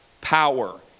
power